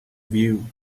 view